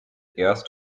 erst